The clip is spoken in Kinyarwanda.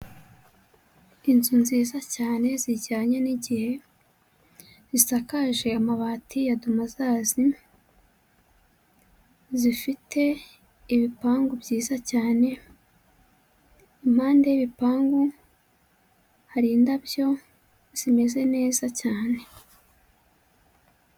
Inzu nziza cyane zijyanye n'igihe, zisakaje amabati ya dumuzazi, zifite ibipangu byiza cyane, impande y'ibipangu hari indabyo zimeze neza cyane.